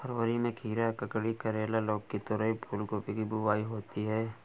फरवरी में खीरा, ककड़ी, करेला, लौकी, तोरई, फूलगोभी की बुआई होती है